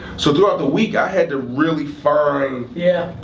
so throughout the week, i had to really find yeah.